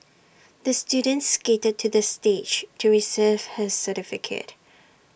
the student skated to the stage to receive his certificate